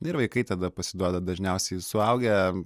ir vaikai tada pasiduoda dažniausiai suaugę